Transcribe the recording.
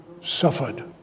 suffered